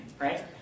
right